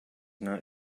not